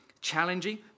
challenging